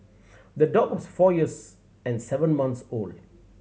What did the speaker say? the dog was four years and seven months old